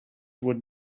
would